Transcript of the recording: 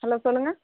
hello சொல்லுங்கள்